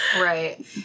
right